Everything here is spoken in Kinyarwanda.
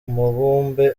mubumbe